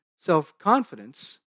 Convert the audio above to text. self-confidence